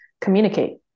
communicate